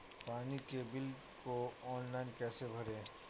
पानी के बिल को ऑनलाइन कैसे भरें?